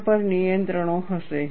તેના પર પણ નિયંત્રણો હશે